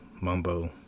mumbo